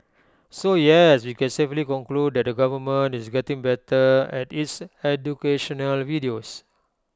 so yes we can safely conclude that the government is getting better at its educational videos